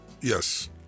Yes